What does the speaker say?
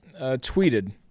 tweeted